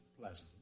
Pleasant